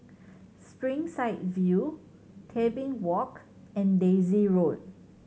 Springside View Tebing Walk and Daisy Road